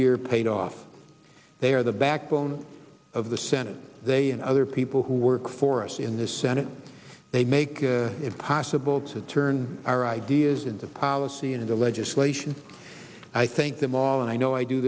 year paid off they are the backbone of the senate they and other people who work for us in the senate they make it possible to turn our ideas into policy into legislation i thank them all and i know i do